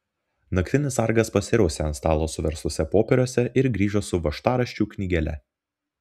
naktinis sargas pasirausė ant stalo suverstuose popieriuose ir grįžo su važtaraščių knygele